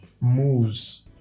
moves